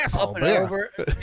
Over